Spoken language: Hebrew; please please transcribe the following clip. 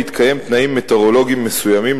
בהתקיים תנאים מטאורולוגיים מסוימים,